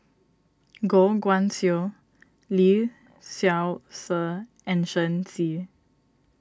Goh Guan Siew Lee Seow Ser and Shen Xi